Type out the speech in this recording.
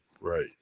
right